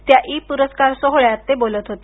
त्या ई पुरस्कार सोहळ्यात ते बोलत होते